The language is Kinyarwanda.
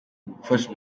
gufasha